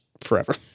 forever